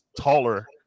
taller